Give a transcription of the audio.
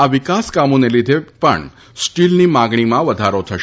આ વિકાસ કામોને લીઘે પણ સ્ટીલની માંગણીમાં વધારો થશે